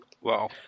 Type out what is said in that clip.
Wow